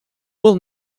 will